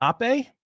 ape